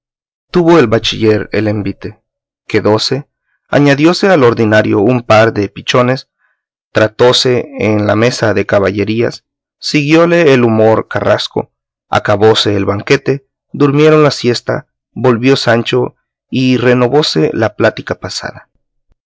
tuvo el bachiller el envite quedóse añadióse al ordinaro un par de pichones tratóse en la mesa de caballerías siguióle el humor carrasco acabóse el banquete durmieron la siesta volvió sancho y renovóse la plática pasada